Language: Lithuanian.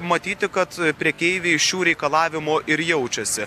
matyti kad prekeiviai šių reikalavimų ir jaučiasi